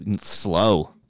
slow